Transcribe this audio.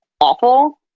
awful